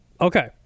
Okay